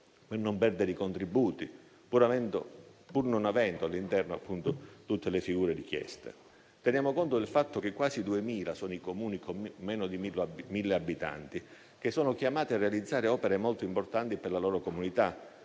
non perdere i contributi, non avendo all'interno, appunto, tutte le figure richieste. Teniamo conto del fatto che sono quasi 2.000 i Comuni con meno di 1.000 abitanti, che sono chiamati a realizzare opere molto importanti per la loro comunità.